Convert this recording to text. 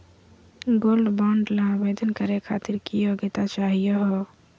Gold bond ल आवेदन करे खातीर की योग्यता चाहियो हो?